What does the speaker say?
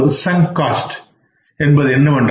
chunk cost என்பது என்னவென்றால்